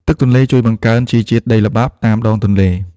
ទឹកទន្លេជួយបង្កើនជីជាតិដីល្បាប់តាមដងទន្លេ។